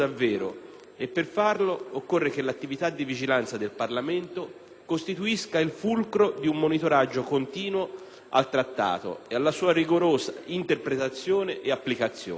e, per farlo, occorre che l'attività di vigilanza del Parlamento costituisca il fulcro di un monitoraggio continuo al Trattato e alla sua rigorosa interpretazione e applicazione.